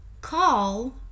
call